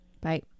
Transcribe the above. Bye